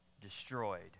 destroyed